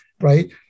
right